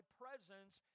presence